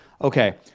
okay